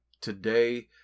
today